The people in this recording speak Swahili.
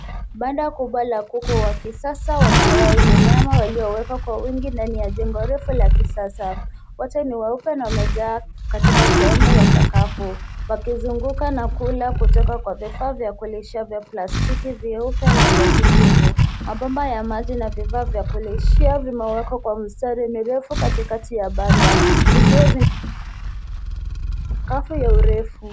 Banda kubwa la kuku wa kisasa wa mayai na nyama waliowekwa kwa wingi ndani ya jengo refu la kisasa. Wote ni weupe na wamejaa katika sehemu ya sakafu, wakizunguka na kula kutoka kwa vifaa vya kulishia vya plastiki vyeupe na vya kijivu. Mabomba ya maji na vifaa vya kulishia vimewekwa kwa mstari mirefu katikati ya banda, vikiwa mikafu ya urefu.